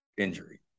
injury